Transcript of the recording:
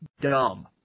dumb